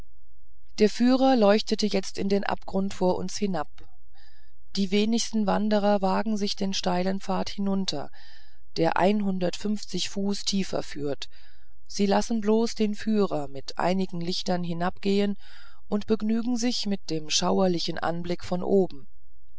der führer leuchtete jetzt in den abgrund vor uns hinab die wenigsten wanderer wagen sich den steilen pfad hinunter der einhundertfünfzig fuß tiefer führt sie lassen bloß den führer mit einigen lichtern hinabgehen und begnügen sich mit dem schauerlichen anblicke von oben